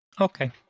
Okay